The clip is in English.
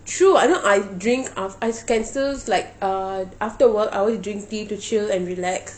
true I know I drink aft~ I can still like uh after work I always drink tea to chill and relax